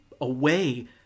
away